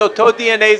זה אותו DNA,